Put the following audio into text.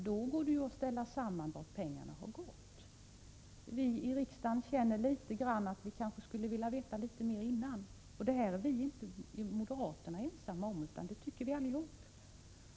Då går det ju att ställa samman vart pengarna har gått.” Viiriksdagen känner att vi kanske skulle vilja veta litet mer innan dess. Och detta är inte moderaterna ensamma om, utan det tycker vi alla.